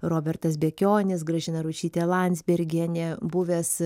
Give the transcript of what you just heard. robertas bekionis gražina ručytė landsbergienė buvęs